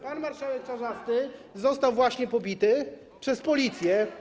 Pan marszałek Czarzasty został właśnie pobity przez Policję.